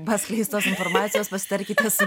paskleistos informacijos pasitarkite su